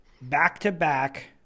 back-to-back